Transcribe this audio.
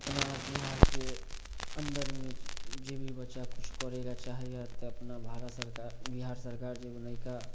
अपना बिहारके अन्दरमे जे भी बच्चा किछु करैलए चाहैए तऽ अपना भारत सरकार बिहार सरकार जे एगो नवका